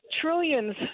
Trillions